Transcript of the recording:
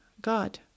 God